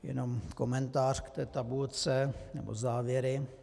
Jenom komentář k té tabulce nebo závěry.